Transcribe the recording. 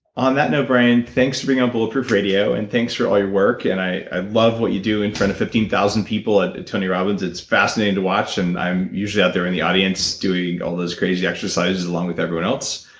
on that note brian, thanks for being on bulletproof radio, and thanks for all your work, and i love what you do in front of fifty thousand people and tony robbins. it's fascinating to watch, and i'm usually out there in the audience doing all those crazy exercises along with everyone else.